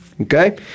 okay